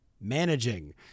Managing